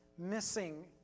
missing